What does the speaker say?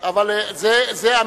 שייקח אחריות.